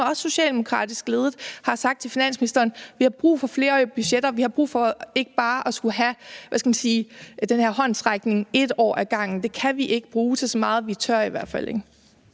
også socialdemokratisk ledede, har sagt til finansministeren: Vi har brug for flerårige budgetter. Vi har brug for ikke bare at skulle have den her håndsrækning et år ad gangen. Det kan vi ikke bruge til så meget. Vi tør i hvert fald